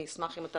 אני אשמח אם אתה